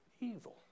evil